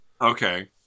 okay